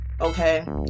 okay